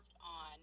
on